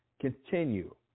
continue